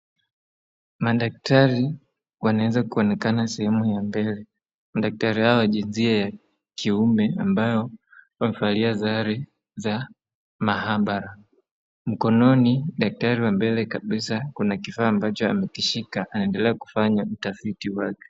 Madaktari wanaeza kuonekana sehemu ya mbele. Madaktari hawa ambao ni jinsi ya kiume wamevalia sare za mahabara mkono daktari wa mbele kabisaa kuna kifaa ambacho amekishika aendelea kufanya uatfiti wake.